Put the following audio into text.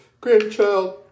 grandchild